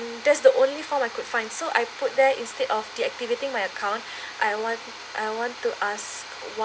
that's the only form I could find so I put there instead of the activating my account I want I want to ask why